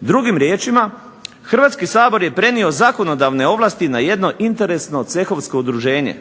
Drugim riječima Hrvatski zakon je prenio zakonodavne ovlasti na jedno interesno cehovsko udruženje.